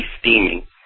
steaming